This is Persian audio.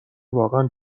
واقعا